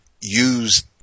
use